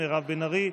מירב בן ארי,